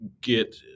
get